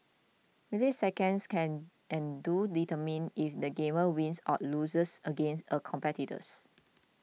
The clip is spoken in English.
milliseconds can and do determine if the gamer wins or loses against a competitor